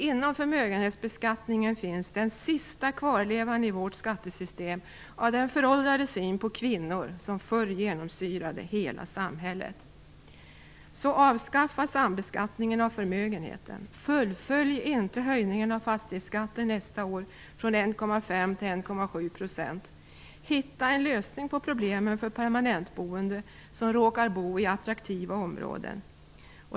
Inom förmögenhetsbeskattningen finns den sista kvarlevan i vårt skattesystem av den föråldrade syn på kvinnor som förr genomsyrade hela samhället. Avskaffa alltså sambeskattningen av förmögenheten! Fullfölj inte höjningen av fastighetsskatten nästa år från 1,5 till 1,7 %! Hitta en lösning på problemen för permanentboende som råkar bo i attraktiva områden!